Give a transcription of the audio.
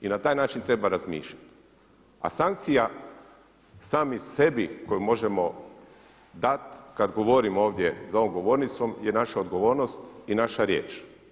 I na taj način treba razmišljati, a sankcija sami sebi koju možemo dat kad govorimo ovdje za ovom govornicom je naša odgovornost i naša riječ.